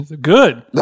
Good